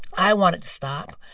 i want it to stop.